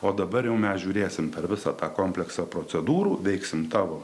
o dabar jau mes žiūrėsim per visą tą kompleksą procedūrų veiksim tavo